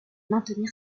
maintenir